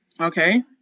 Okay